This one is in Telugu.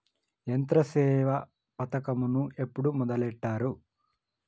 యంత్రసేవ పథకమును ఎప్పుడు మొదలెట్టారు?